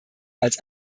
als